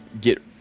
Get